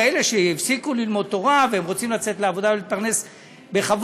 כאלה שהפסיקו ללמוד תורה ורוצים לצאת לעבודה ולהתפרנס בכבוד,